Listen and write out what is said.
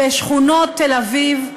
ושכונות תל-אביב,